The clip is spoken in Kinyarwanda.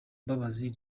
mbabazi